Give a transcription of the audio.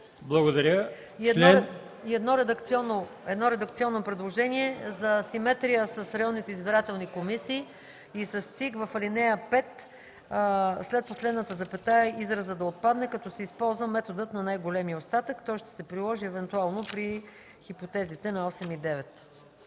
ал. 4-9.” И едно редакционно предложение за симетрия с реалните избирателни комисии и с ЦИК в ал. 5 след последната запетая да отпадне изразът „като се използва методът на най-големия остатък”. Той ще се приложи евентуално при хипотезите на 8 и 9.